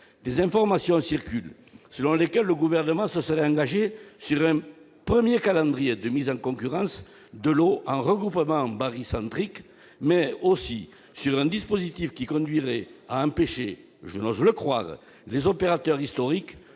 des informations circulent selon lesquelles le Gouvernement se serait engagé sur un premier calendrier de mise en concurrence de lots en regroupements barycentriques, mais aussi sur un dispositif qui conduirait à empêcher- je n'ose le croire ! -les opérateurs historiques